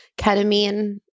ketamine